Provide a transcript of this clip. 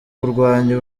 kurwanya